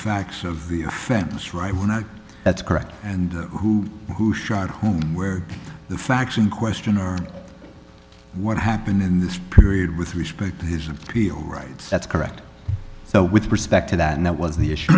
facts of the offense right when i that's correct and who who shot home where the facts in question are what happened in this period with respect to his appeal rights that's correct so with respect to that and that was the issue